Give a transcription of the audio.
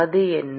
அது என்ன